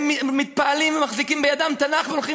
הם מתפעלים ומחזיקים בידם תנ"ך והולכים